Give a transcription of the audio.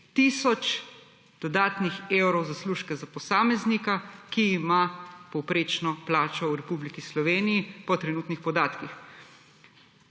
tisoč dodatnih evrov zaslužka za posameznika, ki ima povprečno plačo v Republiki Sloveniji po trenutnih podatkih.